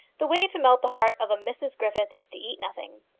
the way to melt the heart of a mrs griffith is to eat nothing.